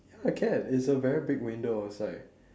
ya can it's a very big window outside